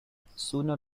sooner